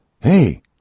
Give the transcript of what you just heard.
Hey